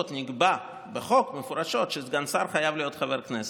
נקבע בחוק מפורשות שסגן שר חייב להיות חבר כנסת.